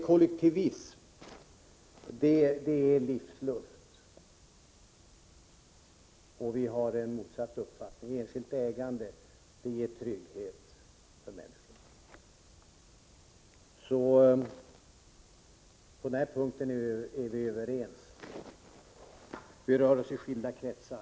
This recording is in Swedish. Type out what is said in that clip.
Kollektivism är er livsluft, Roland Sundgren, och vi har en motsatt uppfattning: enskilt ägande ger trygghet för människorna. Så på en punkt är vi överens. Vi rör oss i skilda kretsar.